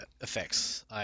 effects